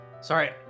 sorry